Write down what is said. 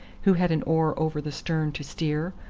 who had an oar over the stern to steer.